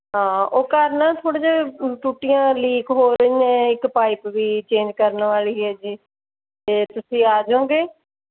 ਹਾਂ ਉਹ ਘਰ ਨਾ ਥੋੜ੍ਹੇ ਜਿਹੇ ਟੂਟੀਆਂ ਲੀਕ ਹੋ ਰਹੀਆਂ ਇੱਕ ਪਾਈਪ ਵੀ ਚੇਂਜ ਕਰਨ ਵਾਲੀ ਹੈ ਜੀ ਅਤੇ ਤੁਸੀਂ ਆ ਜਾਓਗੇ